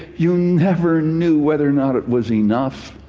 you never knew whether or not it was enough.